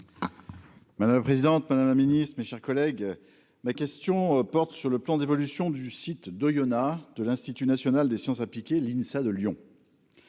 Madame la présidente, Madame la Ministre, mes chers collègues, ma question porte sur le plan d'évolution du site de Ionna, de l'Institut national des sciences appliquées, l'INSA de Lyon,